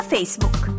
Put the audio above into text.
Facebook